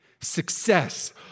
success